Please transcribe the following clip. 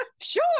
Sure